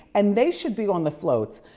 and they should be on the floats,